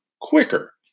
quicker